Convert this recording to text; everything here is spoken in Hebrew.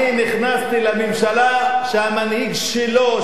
אני נכנסתי לממשלה כשהמנהיג שלו,